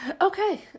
Okay